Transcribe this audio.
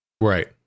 Right